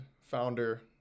founder